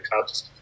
Cubs